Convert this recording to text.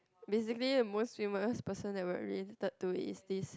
basically the most famous person that we're related to is this